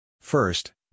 First